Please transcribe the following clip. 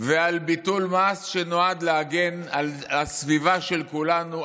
ועל ביטול מס שנועד להגן על הסביבה של כולנו,